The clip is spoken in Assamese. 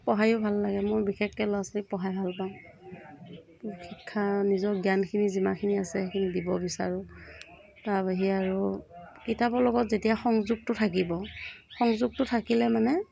পঢ়াইও ভাল লাগে মোৰ বিশেষকৈ ল'ৰা ছোৱালীক পঢ়াই ভাল পাওঁ শিক্ষা নিজৰ জ্ঞানখিনি যিমানখিনি আছে সেইখিনি দিব বিচাৰোঁ তাৰ বাহিৰে আৰু কিতাপৰ লগত যেতিয়া সংযোগটো থাকিব সংযোগটো থাকিলে মানে